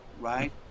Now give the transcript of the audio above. right